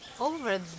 Over